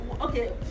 okay